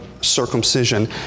circumcision